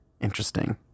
Interesting